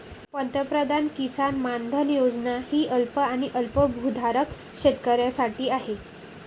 पंतप्रधान किसान मानधन योजना ही अल्प आणि अल्पभूधारक शेतकऱ्यांसाठी आहे